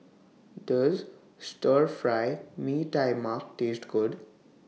Does Stir Fry Mee Tai Mak Taste Good